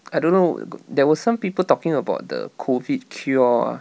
I don't know there was some people talking about the COVID cure ah